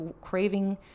craving